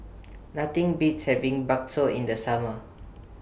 Nothing Beats having Bakso in The Summer